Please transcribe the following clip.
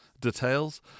details